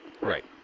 Right